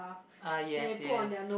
ah yes yes